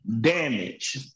damage